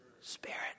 Spirit